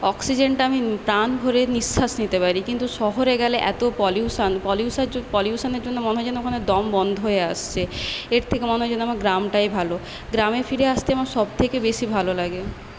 অক্সিজেনটা আমি প্রাণভরে নিঃশ্বাস নিতে পারি কিন্তু শহরে গেলে এত পলিউশন পলিউশনের জন্য মনে হয় যেন ওখানে দম বন্ধ হয়ে আসছে এর থেকে মনে হয় যেন আমার গ্রামটাই ভালো গ্রামে ফিরে আসতে আমার সবথেকে বেশি ভালো লাগে